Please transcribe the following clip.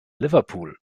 liverpool